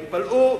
תתפלאו,